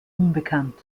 unbekannt